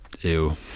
ew